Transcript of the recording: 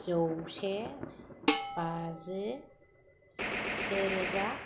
जौसे बाजि से रोजा